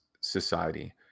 society